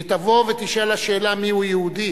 שתבוא ותישאל השאלה מיהו יהודי.